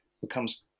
becomes